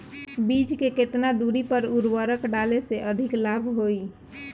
बीज के केतना दूरी पर उर्वरक डाले से अधिक लाभ होई?